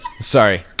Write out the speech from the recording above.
sorry